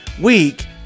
week